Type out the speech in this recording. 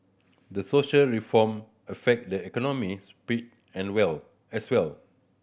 the social reform affect the economic sphere and well as well